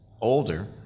older